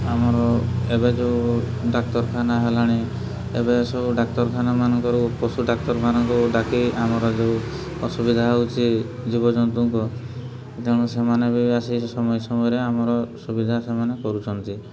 ଆମର ଏବେ ଯେଉଁ ଡାକ୍ତରଖାନା ହେଲାଣି ଏବେ ସବୁ ଡାକ୍ତରଖାନା ମାନଙ୍କରୁ ପଶୁ ଡାକ୍ତରଖାନାକୁ ଡାକି ଆମର ଯେଉଁ ଅସୁବିଧା ହେଉଛି ଜୀବଜନ୍ତୁଙ୍କ ତେଣୁ ସେମାନେ ବି ଆସି ସମୟ ସମୟରେ ଆମର ସୁବିଧା ସେମାନେ କରୁଛନ୍ତି